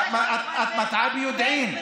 את מטעה ביודעין.